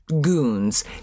goons